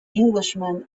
englishman